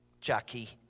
Jackie